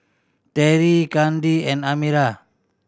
Terrie Kandi and Amira